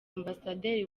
ambasaderi